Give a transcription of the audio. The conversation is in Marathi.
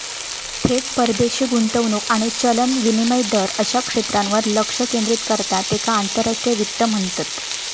थेट परदेशी गुंतवणूक आणि चलन विनिमय दर अश्या क्षेत्रांवर लक्ष केंद्रित करता त्येका आंतरराष्ट्रीय वित्त म्हणतत